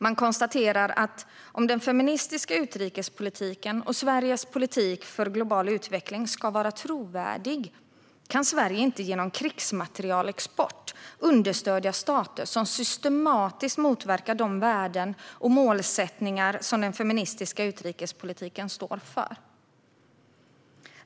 Man konstaterar att "om den feministiska utrikespolitiken och Sveriges Politik för Global Utveckling ska vara trovärdig kan Sverige inte genom krigsmaterielexport understödja stater som systematiskt motverkar de värden och målsättningar som den feministiska utrikespolitiken står för".